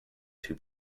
too